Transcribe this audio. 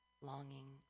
longing